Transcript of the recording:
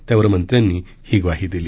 त्यावर मंत्र्यांनी ग्वाही दिली